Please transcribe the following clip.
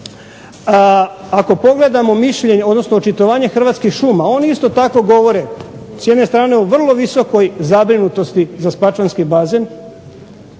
Ako pogledamo mišljenje, odnosno očitovanje Hrvatskih šuma, oni isto tako govore s jedne strane o vrlo visokoj zabrinutosti za spačvanski bazen,